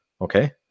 Okay